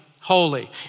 holy